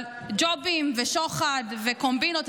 אבל ג'ובים ושוחד וקומבינות,